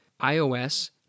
ios